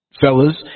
fellas